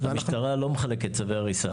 המשטרה לא מחלקת צווי הריסה.